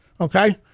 Okay